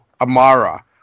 Amara